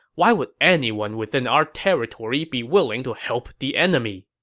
why would anyone within our territory be willing to help the enemy?